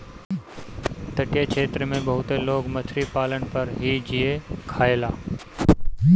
तटीय क्षेत्र में बहुते लोग मछरी पालन पर ही जिए खायेला